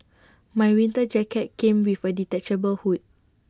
my winter jacket came with A detachable hood